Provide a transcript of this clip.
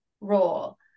role